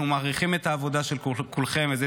אנחנו מעריכים את העבודה של כולכם וזו